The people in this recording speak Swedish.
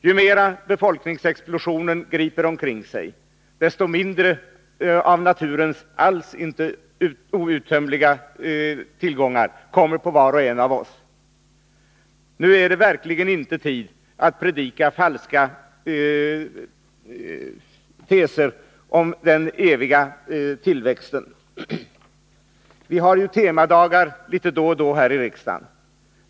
Ju mer befolkningsexplosionen griper omkring sig, desto mindre av naturens alls inte outtömliga tillgångar kommer på var och en av oss. Nu är verkligen inte tid att predika falska teser om den eviga tillväxten. Vi har ju temadagar litet då och då här i riksdagen.